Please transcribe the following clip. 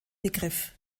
begriff